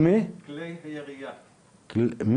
כי